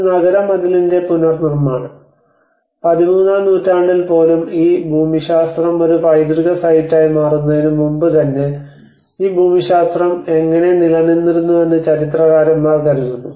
ഒരു നഗര മതിലിന്റെ പുനർനിർമ്മാണം പതിമൂന്നാം നൂറ്റാണ്ടിൽ പോലും ഈ ഭൂമിശാസ്ത്രം ഒരു പൈതൃക സൈറ്റായി മാറുന്നതിന് മുമ്പുതന്നെ ഈ ഭൂമിശാസ്ത്രം എങ്ങനെ നിലനിന്നിരുന്നുവെന്ന് ചരിത്രകാരന്മാർ കരുതുന്നു